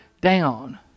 down